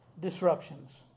disruptions